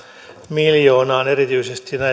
miljoonaan erityisesti